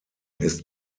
ist